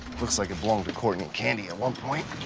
looks like it belonged to courtney and candy at one point.